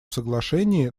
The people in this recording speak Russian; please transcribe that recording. соглашении